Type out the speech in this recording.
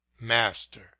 MASTER